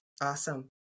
Awesome